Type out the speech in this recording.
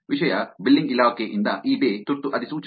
ವಿಷಯ ಬಿಲ್ಲಿಂಗ್ ಇಲಾಖೆಯಿಂದ eBay ತುರ್ತು ಅಧಿಸೂಚನೆ